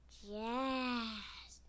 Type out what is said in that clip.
jazz